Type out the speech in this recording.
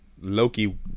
Loki